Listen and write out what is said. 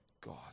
God